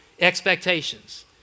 expectations